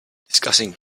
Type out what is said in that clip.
discussing